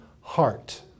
heart